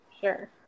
Sure